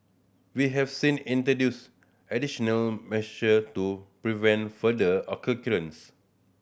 we have since introduced additional measure to prevent future occurrence